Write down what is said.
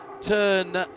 turn